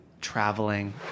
traveling